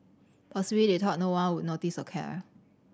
possibly they thought no one would notice or care